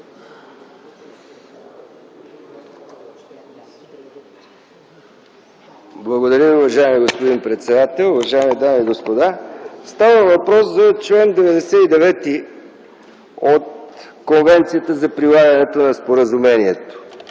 Благодаря, госпожо председател. Уважаеми дами и господа, става въпрос за чл. 99 от Конвенцията за прилагане на Споразумението.